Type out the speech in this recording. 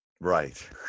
Right